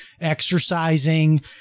exercising